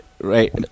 Right